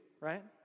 right